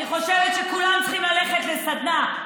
אני חושבת שכולם צריכים ללכת לסדנה.